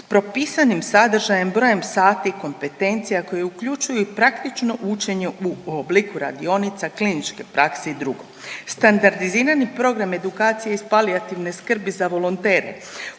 s propisanim sadržajem, brojem sati i kompetencija koji uključuju i praktično učenje u obliku radionica, kliničke prakse i drugo. Standardizirani program edukacije iz palijativne skrbi za volontere,